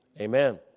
amen